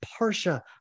Parsha